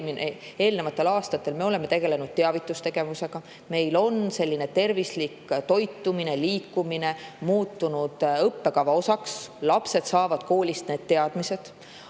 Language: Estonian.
eelnevatel aastatel, oleme ka nüüd tegelenud teavitustegevusega, meil on tervislik toitumine ja liikumine muutunud õppekava osaks. Lapsed saavad koolist need teadmised.